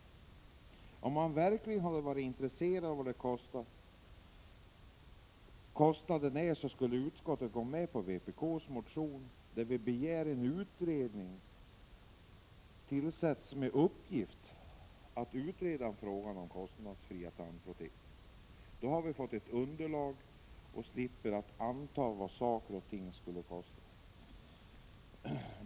Om utskottet verkligen hade varit intresserat av vad det skulle kosta, skulle utskottet ha gått med på vpk:s krav på att utreda frågan om kostnadsfria tandproteser. Då hade vi fått ett underlag och sluppit anta vad saker och ting kostar.